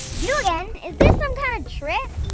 you again? is this some kind of trick?